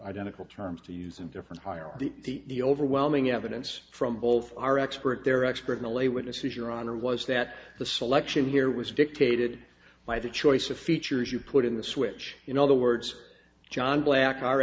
identical terms to use and different higher the overwhelming evidence from both our expert their expert millais witnesses your honor was that the selection here was dictated by the choice of features you put in the switch in other words john black our